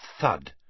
thud